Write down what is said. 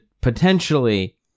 potentially